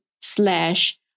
slash